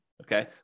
okay